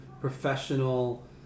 professional